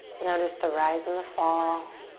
notice the rise and the fall.